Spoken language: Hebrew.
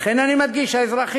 לכן אני מדגיש את האזרחים,